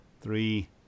Three